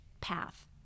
path